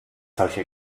solche